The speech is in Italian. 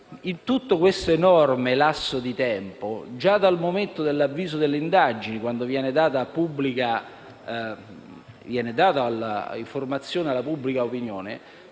In tutto questo enorme lasso di tempo, già dal momento dell'avviso delle indagini, quando viene data l'informazione alla pubblica opinione,